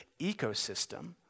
ecosystem